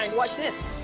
um watch this.